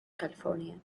california